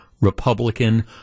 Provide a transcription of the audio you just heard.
Republican